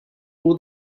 all